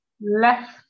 left